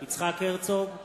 יצחק הרצוג,